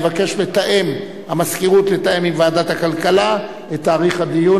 אני מבקש לתאם עם ועדת הכלכלה את תאריך הדיון.